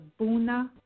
Buna